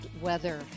weather